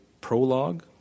prologue